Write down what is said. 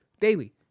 daily